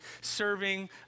serving